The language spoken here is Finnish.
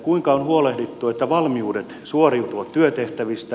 kuinka on huolehdittu valmiuksista suoriutua työtehtävistä